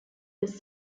was